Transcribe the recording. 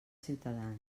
ciutadans